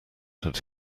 had